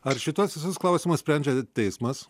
ar šituos visus klausimus sprendžia teismas